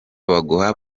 baguha